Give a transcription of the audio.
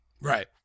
Right